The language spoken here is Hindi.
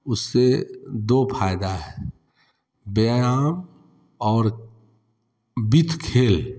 उससे दो फ़ायदे हैं व्यायाम और बिथ खेल